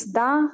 da